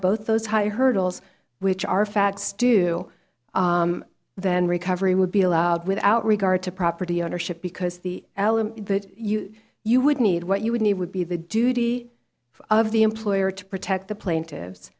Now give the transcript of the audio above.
both those high hurdles which are facts do then recovery would be allowed without regard to property ownership because the alum that you would need what you would need would be the duty of the employer to protect the plainti